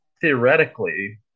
theoretically